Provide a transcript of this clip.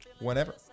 whenever